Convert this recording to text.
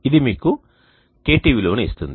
ఇది మీకు KT విలువను ఇస్తుంది